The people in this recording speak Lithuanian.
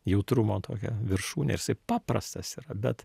jautrumo tokia viršūnė ir jisai paprastas yra bet